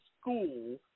school